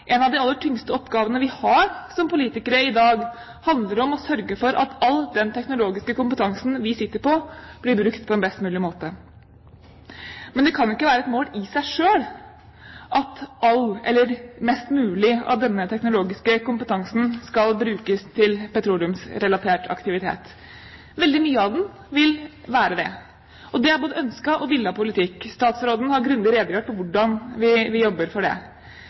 en av de aller tyngste oppgavene vi som politikere har i dag, handler om å sørge for at all den teknologiske kompetansen vi sitter på, blir brukt på en best mulig måte. Men det kan ikke være et mål i seg selv at mest mulig av denne teknologiske kompetansen skal brukes til petroleumsrelatert aktivitet. Veldig mye av den vil være det, og det er både en ønsket og villet politikk. Statsråden har grundig redegjort for hvordan vi jobber for det.